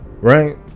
right